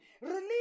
Release